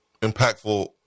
impactful